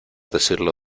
decirlo